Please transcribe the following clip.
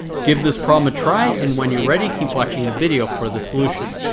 give this problem a try. and when you're ready, keep watching the video for the solution.